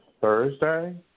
Thursday